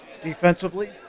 Defensively